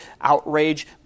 outrage